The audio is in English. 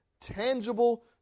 tangible